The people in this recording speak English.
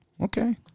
okay